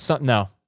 No